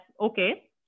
okay